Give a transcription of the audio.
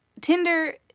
Tinder